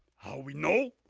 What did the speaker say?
we know?